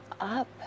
up